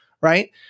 right